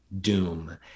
doom